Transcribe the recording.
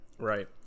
Right